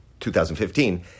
2015